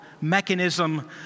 mechanism